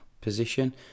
position